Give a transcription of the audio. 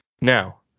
Now